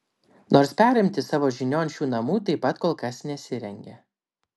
nors perimti savo žinion šių namų taip pat kol kas nesirengia